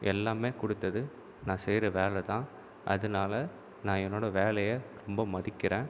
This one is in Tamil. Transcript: எல்லாமே கொடுத்தது நான் செய்கிற வேலைதான் அதனால நான் என்னுடைய வேலையை ரொம்ப மதிக்கிறேன்